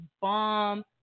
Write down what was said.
bomb